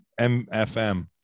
MFM